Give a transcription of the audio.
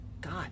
God